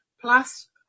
plus